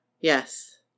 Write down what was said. Yes